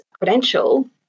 credential